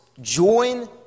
join